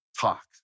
talk